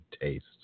taste